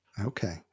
Okay